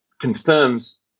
confirms